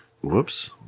Whoops